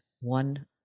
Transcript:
one